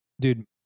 dude